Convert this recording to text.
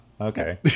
Okay